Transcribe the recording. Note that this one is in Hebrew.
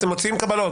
הם מוציאים קבלות,